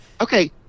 okay